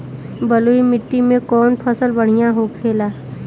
बलुई मिट्टी में कौन फसल बढ़ियां होखे ला?